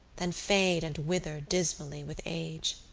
than fade and wither dismally with age.